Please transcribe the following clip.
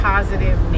positive